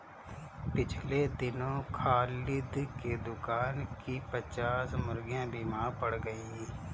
पिछले दिनों खालिद के दुकान की पच्चास मुर्गियां बीमार पड़ गईं